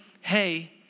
hey